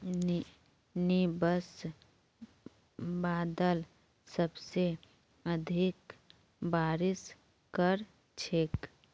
nimbus बादल सबसे अधिक बारिश कर छेक